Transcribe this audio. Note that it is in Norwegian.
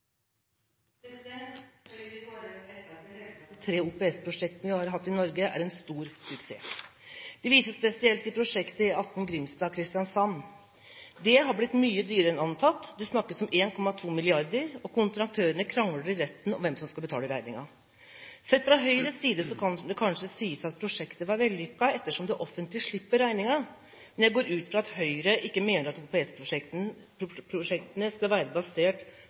vi har hatt i Norge, er en stor suksess. Det vises spesielt til prosjektet E18 Grimstad–Kristiansand. Det har blitt mye dyrere enn antatt. Det snakkes om 1,2 mrd. kr, og kontraktørene krangler i retten om hvem som skal betale regningen. Sett fra Høyres side kan det kanskje sies at prosjektet var vellykket, ettersom det offentlige slipper regningen. Men jeg går ut fra at Høyre ikke mener at OPS-prosjektene skal være basert